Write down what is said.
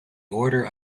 order